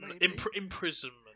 Imprisonment